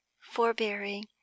forbearing